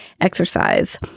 exercise